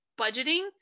budgeting